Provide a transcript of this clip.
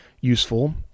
useful